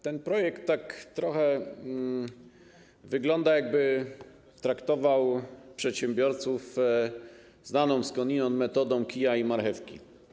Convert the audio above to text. Ten projekt trochę tak wygląda, jakby traktował przedsiębiorców znaną skądinąd metodą kija i marchewki.